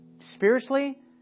spiritually